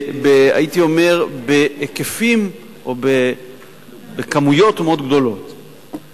הייתי אומר, בהיקפים או בכמויות גדולות מאוד.